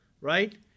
right